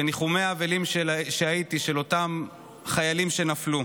בניחומי האבלים שהייתי בהם של אותם חיילים שנפלו.